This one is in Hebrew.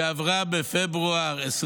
שעברה בפברואר 2024,